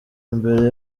mbere